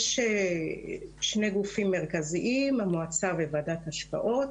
יש שני גופים מרכזיים, המועצה וועדת ההשקעות.